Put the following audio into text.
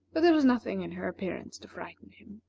but there was nothing in her appearance to frighten him.